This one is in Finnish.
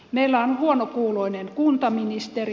meillä on huonokuuloinen kuntaministeri